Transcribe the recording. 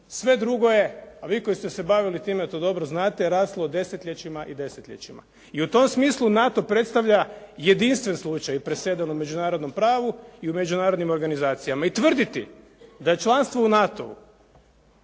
Sve drugo je, a vi koji ste se bavili time to dobro znate raslo desetljećima i desetljećima i u tom smislu NATO predstavlja jedinstven slučaj i presedan u međunarodnom pravu i u međunarodnim organizacijama. I tvrditi da je članstvo u NATO-u